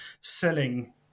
selling